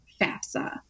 FAFSA